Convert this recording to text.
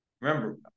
remember